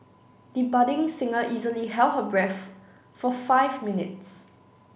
the budding singer easily held her breath for five minutes